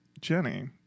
Jenny